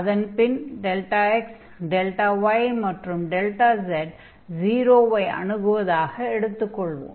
அதன் பின் δ x δ y மற்றும் δz 0 ஐ அணுகுவதாக எடுத்துக் கொள்வோம்